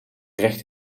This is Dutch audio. recht